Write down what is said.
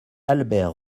albert